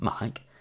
Mike